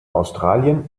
australien